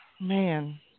man